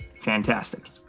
Fantastic